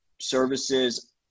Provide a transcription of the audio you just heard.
services